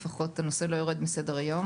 לפחות הנושא לא יורד מסדר-היום.